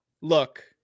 Look